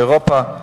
באירופה,